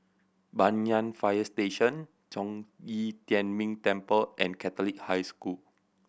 Banyan Fire Station Zhong Yi Tian Ming Temple and Catholic High School